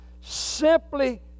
simply